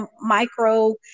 micro